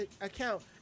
account